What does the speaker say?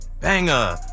Banger